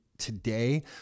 Today